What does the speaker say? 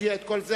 הודיע את כל זה,